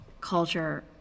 culture